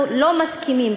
אנחנו לא מסכימים,